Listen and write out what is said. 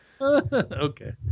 okay